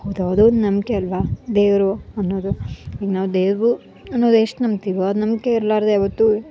ಹೌದು ಅದೊಂದು ನಂಬಿಕೆ ಅಲ್ವ ದೇವರು ಅನ್ನೋದು ಈಗ ನಾವು ದೇವ್ರು ಅನ್ನೋದು ಎಷ್ಟು ನಂಬ್ತೀವೋ ಅದು ನಂಬಿಕೆ ಇರಲಾರ್ದೆ ಯಾವತ್ತೂ